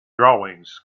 drawings